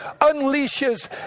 unleashes